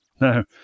Now